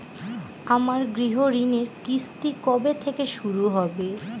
আমার গৃহঋণের কিস্তি কবে থেকে শুরু হবে?